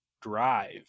Drive